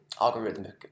algorithmic